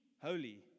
holy